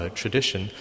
tradition